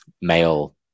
male